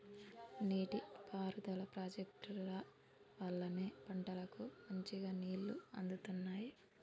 నీటి పారుదల ప్రాజెక్టుల వల్లనే పంటలకు మంచిగా నీళ్లు అందుతున్నాయి